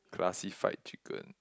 classified chicken